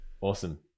awesome